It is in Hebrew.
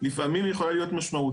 לפעמים היא יכולה להיות משמעותית,